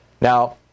Now